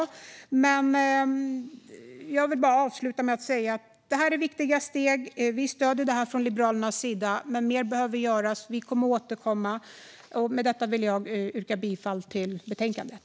Säkrare samordnings-nummer och bättre förutsättningar för korrekta uppgifter i folkbokföringen Det här är viktiga steg. Vi stöder detta från Liberalernas sida, men mer behöver göras. Vi kommer att återkomma. Jag yrkar bifall till förslaget i betänkandet.